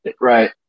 Right